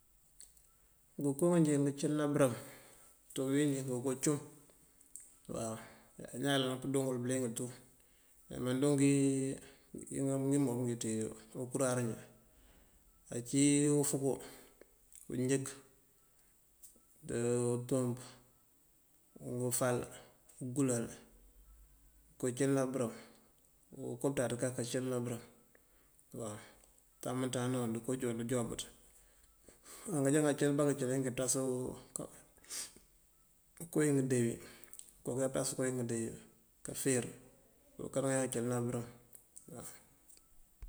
Ngënko ngaanjee ngëncílëná bërëmb ţí bëwinjí ngooka cúm, iñaan yëlaniţ përungul tú. Mandúngi maandungi ngiimobëngi ţí unkúrarinji ací: úfuungu, ngëënjënk untuump, ufal, unkúlël kacil na bërëm. Okapëţaţ kak kácil na bërëmb utaŋ umëënţáa ndáwun utaŋ aja ngáancil ba këcil ngëëtas kowi ngëndewí, káfer ukaananjá ngëncilëna bërëmb.